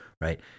right